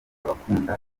abakunda